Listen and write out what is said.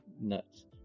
Nuts